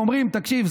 ואומרים: תקשיב,